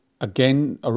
again